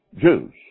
Jews